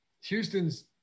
Houston's